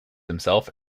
himself